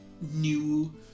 new